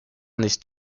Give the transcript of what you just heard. nicht